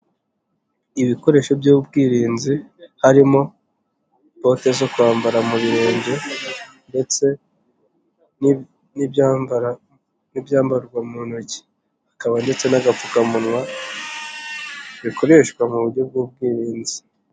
Ibikoresho by'ubwirinzi harimo bote zo kwambara mu birenge, ndetse n'ibyambarwa mu ntoki, ndetse n'agapfukamunwa bikoreshwa mu buryo bw'ubwirinzi.